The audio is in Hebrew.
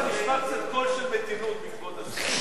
אולי נשמע קצת קול של מתינות מכבוד השר.